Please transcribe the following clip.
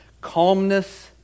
calmness